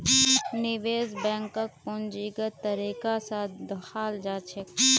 निवेश बैंकक पूंजीगत तरीका स दखाल जा छेक